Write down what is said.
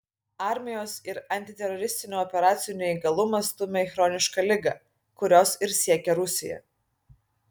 armijos ir antiteroristinių operacijų neįgalumas stumia į chronišką ligą kurios ir siekia rusija